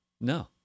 No